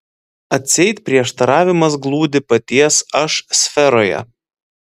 atseit prieštaravimas glūdi paties aš sferoje